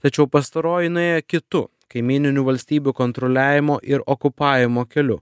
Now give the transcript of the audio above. tačiau pastaroji nuėjo kitu kaimyninių valstybių kontroliavimo ir okupavimo keliu